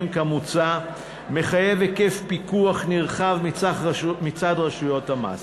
כמוצע מחייבת היקף פיקוח נרחב מצד רשויות המס,